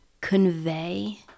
convey